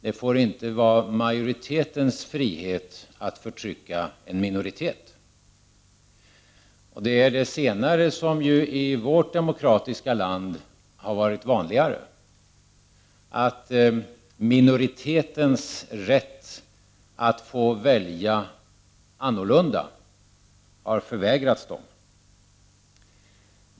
Det får inte vara majoritetens frihet att förtrycka en minoritet. Det är ju det senare som i vårt demokratiska land har varit vanligare: minoritetens rätt att få välja annorlunda har förvägrats dem.